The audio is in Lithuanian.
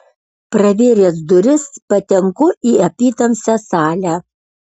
pravėręs duris patenku į apytamsę salę